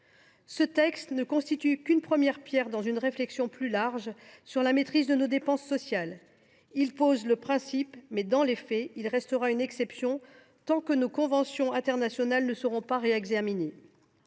Ce texte ne constitue que la première pierre d’une réflexion plus large sur la maîtrise de nos dépenses sociales. Il pose un principe, mais, dans les faits, la disposition qu’il consacre restera une exception tant que nos conventions internationales ne seront pas réexaminées.